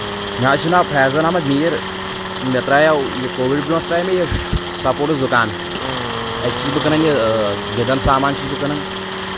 مےٚ حظ چھُ ناو فیضان احمد میٖر مےٚ ترٛایو یہِ کووِڈ برونٛٹھ ترٛایو مےٚ یہِ سپوٹٕس دُکان اَتہِ چھُس بہٕ کٕنان یہِ گِنٛدن سامان چھُس بہٕ کٕنان